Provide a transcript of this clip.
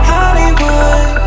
Hollywood